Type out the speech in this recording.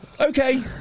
Okay